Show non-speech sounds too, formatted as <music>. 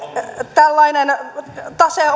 tällainen tase <unintelligible>